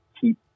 keep